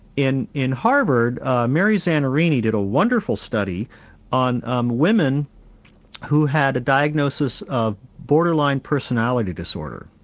in in harvard mary zanarini did a wonderful study on um women who had a diagnosis of borderline personality disorder.